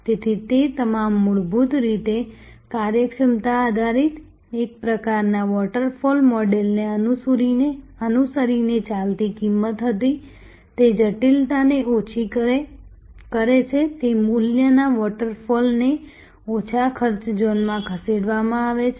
તેથી તે તમામ મૂળભૂત રીતે કાર્યક્ષમતા આધારિત એક પ્રકારનાં વોટરફોલ મોડલને અનુસરીને ચાલતી કિંમત હતી તે જટિલતાને ઓછી કરે છે તે મૂલ્યના વોટરફોલ ને ઓછા ખર્ચ ઝોનમાં ખસેડવામાં આવે છે